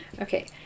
Okay